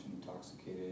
intoxicated